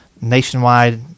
nationwide